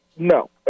No